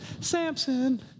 Samson